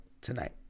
tonight